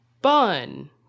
bun